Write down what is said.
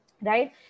right